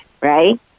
right